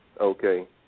Okay